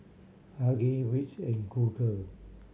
Huggies Vicks and Google